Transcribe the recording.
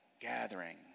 gathering